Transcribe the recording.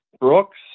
Brooks